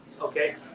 Okay